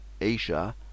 Asia